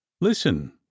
Listen